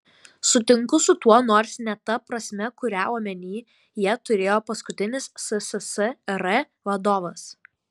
sutinku su tuo nors ne ta prasme kurią omenyje turėjo paskutinis sssr vadovas